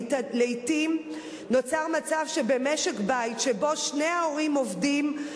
לעתים נוצר מצב שמשק-בית שבו שני ההורים עובדים,